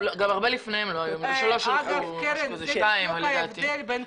אתמול לא ביליתי אתכם פה בלילה